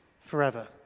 forever